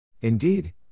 Indeed